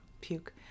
Puke